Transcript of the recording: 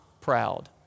proud